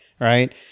right